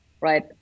right